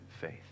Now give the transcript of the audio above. faith